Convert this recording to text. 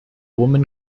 woman